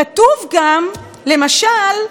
כתוב גם, למשל: